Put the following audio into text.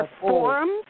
forums